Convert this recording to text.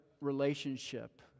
relationship